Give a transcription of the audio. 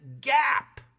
gap